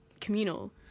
communal